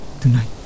Tonight